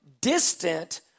distant